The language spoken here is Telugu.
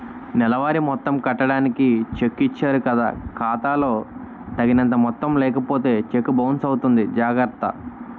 నెలవారీ మొత్తం కట్టడానికి చెక్కు ఇచ్చారు కదా ఖాతా లో తగినంత మొత్తం లేకపోతే చెక్కు బౌన్సు అవుతుంది జాగర్త